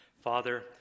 Father